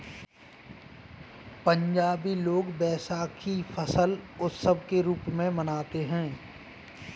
पंजाबी लोग वैशाखी फसल उत्सव के रूप में मनाते हैं